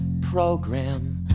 program